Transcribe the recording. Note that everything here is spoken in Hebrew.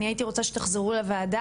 אני הייתי רוצה שתחזרו לוועדה,